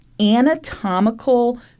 anatomical